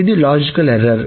ఇది logical error